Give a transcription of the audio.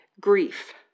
Grief